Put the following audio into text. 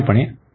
दर्शवू शकतो